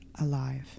alive